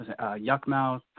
Yuckmouth